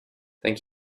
thank